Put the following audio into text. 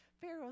Pharaoh